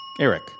Eric